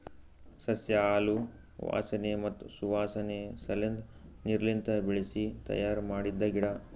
ಸಸ್ಯ ಹಾಲು ವಾಸನೆ ಮತ್ತ್ ಸುವಾಸನೆ ಸಲೆಂದ್ ನೀರ್ಲಿಂತ ಬೆಳಿಸಿ ತಯ್ಯಾರ ಮಾಡಿದ್ದ ಗಿಡ